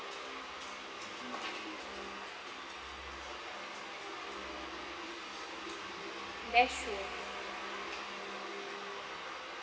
that's true